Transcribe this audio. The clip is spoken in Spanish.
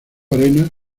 arenas